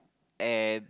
and